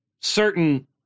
certain